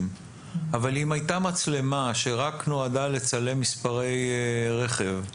אבל אם הייתה מצלמה שרק נועדה לצלם מספרי רכב,